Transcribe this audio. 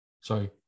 Sorry